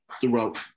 throughout